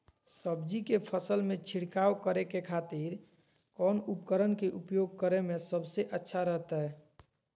सब्जी के फसल में छिड़काव करे के खातिर कौन उपकरण के उपयोग करें में सबसे अच्छा रहतय?